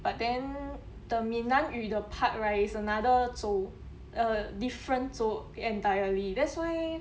but then the 闽南语 the part right is another 州 uh different 州 entirely that's why